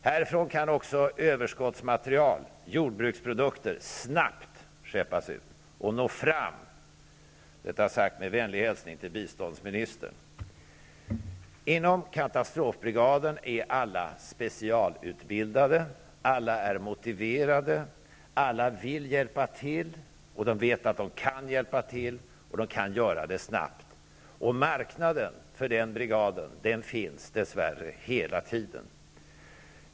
Härifrån kan också överskottsmaterial och jordbruksprodukter snabbt skeppas ut och nå fram -- detta sagt med vänlig hälsning till biståndsministern. Inom katastrofbrigaden är alla specialutbildade, och alla är motiverade och vill hjälpa till. De vet att de kan hjälpa, och de kan göra det snabbt. Marknaden för den brigaden finns dess värre hela tiden.